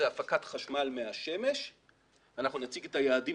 הפקת חשמל מהשמש ואנחנו נציג את היעדים